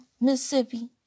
Mississippi